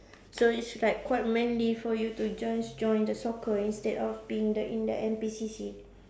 so it's like quite manly for you to just join the soccer instead of being the in the N_P_C_C